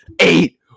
Eight